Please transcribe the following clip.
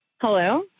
Hello